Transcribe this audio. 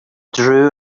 drew